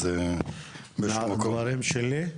אז באיזשהו מקום --- הדברים שלי?